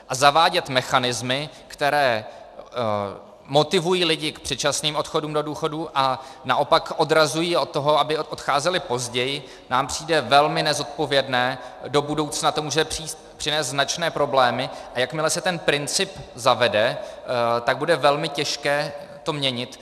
A zavádět mechanismy, které motivují lidi k předčasným odchodům do důchodu a naopak je odrazují od toho, aby odcházeli později, nám přijde velmi nezodpovědné, do budoucna to může přinést značné problémy, a jakmile se ten princip zavede, tak bude velmi těžké to měnit.